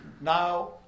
Now